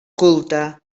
culta